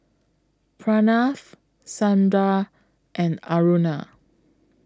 Pranav Sundar and Aruna